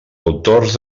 autors